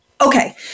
Okay